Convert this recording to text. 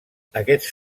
aquests